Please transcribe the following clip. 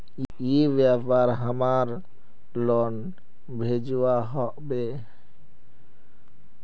ई व्यापार हमार लोन भेजुआ हभे?